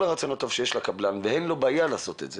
שיש לקבלן ואין לו בעיה לעשות את זה,